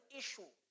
issue